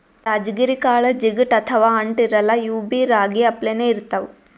ರಾಜಗಿರಿ ಕಾಳ್ ಜಿಗಟ್ ಅಥವಾ ಅಂಟ್ ಇರಲ್ಲಾ ಇವ್ಬಿ ರಾಗಿ ಅಪ್ಲೆನೇ ಇರ್ತವ್